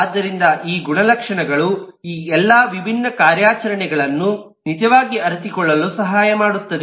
ಆದ್ದರಿಂದ ಈ ಗುಣಲಕ್ಷಣಗಳು ಈ ಎಲ್ಲಾ ವಿಭಿನ್ನ ಕಾರ್ಯಾಚರಣೆಗಳನ್ನು ನಿಜವಾಗಿ ಅರಿತುಕೊಳ್ಳಲು ಸಹಾಯ ಮಾಡುತ್ತದೆ